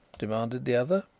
demanded the other.